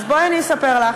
אז בואי אני אספר לך,